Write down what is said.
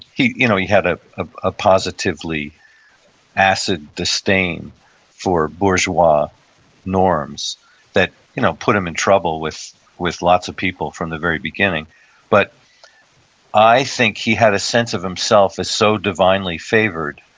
he you know he had a ah a positively acid disdain for bourgeois norms that you know put him in trouble with with lots of people from the very beginning but i think he had a sense of himself as so divinely favored